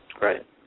Right